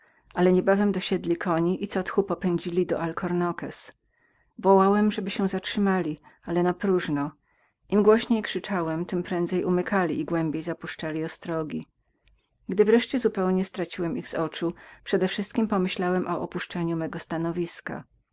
ale niebawem dosiedli koni i co tchu popędzili drogą do alcornoques wołałem żeby się zatrzymali ale napróżno im głośniej krzyczałem tem prędzej umykali i głębiej zapuszczali ostrogi gdy nareszcie zupełnie straciłem ich z oczu przedewszystkiem pomyśliłem o opuszczeniu mego stanowiska